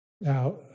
Now